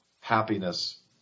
happiness